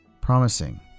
promising